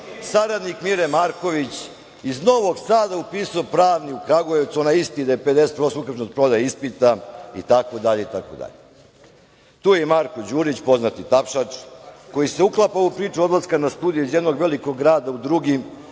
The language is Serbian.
saradnik Mire Marković, iz Novog Sada upisao Pravni u Kragujevcu, onaj isti gde je 50% prodaja ispita itd. Tu je i Marko Đurić, poznati tapšač, koji se uklapa u ovu priču odlaska na studije iz jednog velikog grada u drugi.